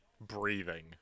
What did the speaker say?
Breathing